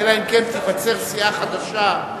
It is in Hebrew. אלא אם כן תיווצר סיעה חדשה.